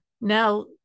now